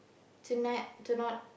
to not to not